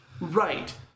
Right